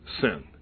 sin